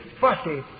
fussy